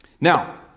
Now